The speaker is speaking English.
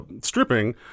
stripping